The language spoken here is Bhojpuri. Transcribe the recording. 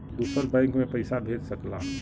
दूसर बैंक मे पइसा भेज सकला